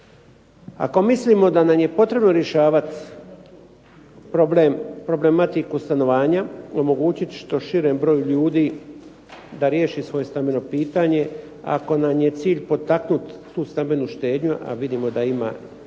Ako mislimo da nam je potrebno rješavati problematiku stanovanja, omogućiti što širem broju ljudi da riješi svoje stambeno pitanje, ako nam je cilj potaknuti tu stambenu štednju, a vidimo da ima veliki